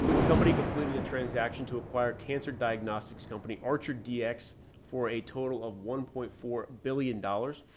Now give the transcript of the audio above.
the company completed a transaction to acquire cancer diagnostics company, archer dx for a total of one point four billion dollars.